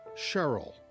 Cheryl